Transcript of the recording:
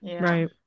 right